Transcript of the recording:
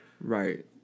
Right